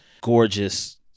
gorgeous